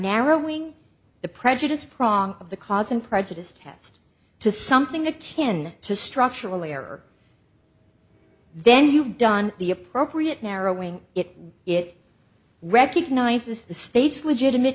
narrowing the prejudice prong of the cause and prejudice test to something akin to structurally or then you've done the appropriate narrowing if it recognizes the state's legitimate